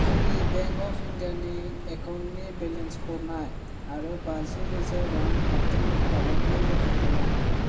आंनि bank of India नि एकाउन्टनि बेलेन्सखौ नाय आरो बाजिरोजा रां हाबदों ना हाबाखै रोखा खालाम